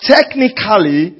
Technically